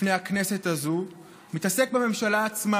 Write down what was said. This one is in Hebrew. בפני הכנסת הזו מתעסק בממשלה עצמה,